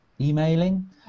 emailing